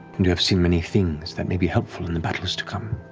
and you have seen many things that may be helpful in the battles to come,